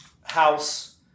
house